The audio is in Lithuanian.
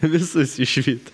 visus išvyt